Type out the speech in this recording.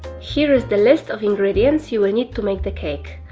here is the list of ingredients you will need to make the cake.